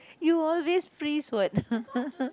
you always freeze what